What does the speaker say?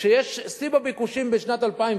כשיש שיא בביקושים בשנת 2010,